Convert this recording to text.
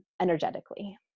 energetically